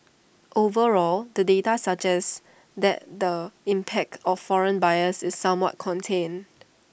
overall the data suggests that the impact of foreign buyers is somewhat contained